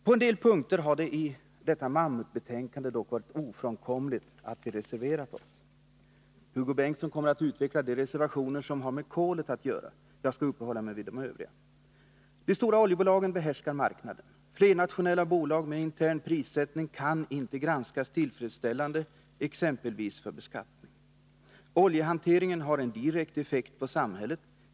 På en del punkter i detta mammutbetänkande har det dock varit ofrånkomligt att vi reserverat oss. Hugo Bengtsson kommer att utveckla de reservationer som har med kolet att göra, jag skall uppehålla mig vid de övriga. De stora oljebolagen behärskar marknaden. Flernationella bolag med intern prissättning kan inte granskas tillfredsställande, exempelvis för beskattning. Oljehanteringen har en direkt effekt på samhället.